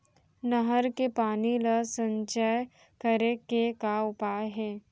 नहर के पानी ला संचय करे के का उपाय हे?